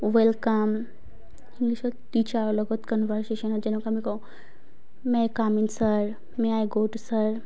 welcome ইংলিছত টিচাৰৰ লগত কনভাৰচেচনত যেনেকুৱা আমি কওঁ may I come in sir may I go to sir